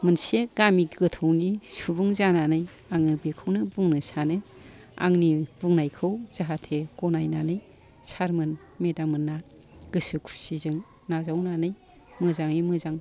मोनसे गामि गोथौनि सुबुं जानानै आङो बिखौनो बुंनो सानो आंनि बुंनायखौ जाहाथे गनायनानै सार मोन मेदाम मोना गोसो खुसिजों आजावनानै मोजाङै मोजां